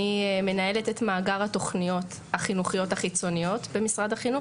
אני מנהלת את מאגר התוכניות החינוכיות החיצוניות במשרד החינוך,